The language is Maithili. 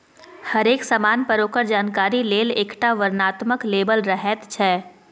हरेक समान पर ओकर जानकारी लेल एकटा वर्णनात्मक लेबल रहैत छै